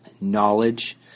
Knowledge